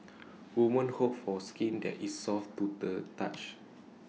women hope for skin that is soft to the touch